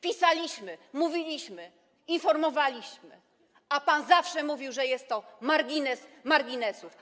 Pisaliśmy, mówiliśmy, informowaliśmy, a pan zawsze mówił, że jest to margines marginesów.